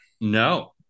No